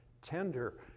tender